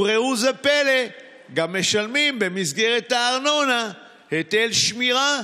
וראו זה פלא: משלמים גם במסגרת הארנונה היטל שמירה